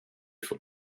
for